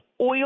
oil